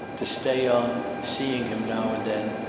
to stay on, seeing him now and then,